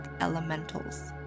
elementals